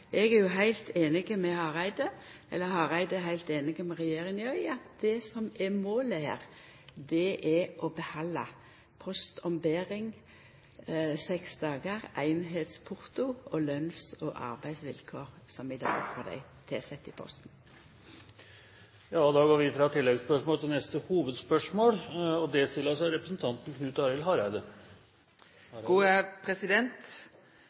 eg er heilt einig med Hareide – eller Hareide er heilt einig med regjeringa – i at det som er målet her, er å behalda postombering seks dagar, einheitsporto og lønns- og arbeidsvilkår som i dag for dei tilsette i Posten. Vi går da til neste hovedspørsmål. Me har opplevd ein kommunikasjonsrevolusjon som har forenkla og